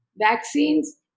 vaccines